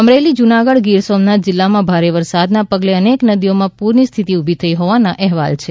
અમરેલી જુનાગઢ અને ગિરસોમનાથ જિલ્લા માં ભારે વરસાદ ને પગલે અનેક નદીઓ માં પૂરની સ્થિતિ ઊભી થઈ હોવાના અહેવાલ છે